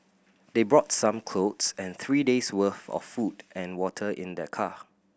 they brought some clothes and three days' worth of food and water in their car